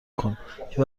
کن، که